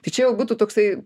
tai čia jau būtų toksai